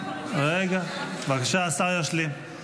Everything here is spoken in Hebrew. בבקשה, השר ישלים.